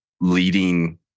leading